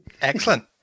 Excellent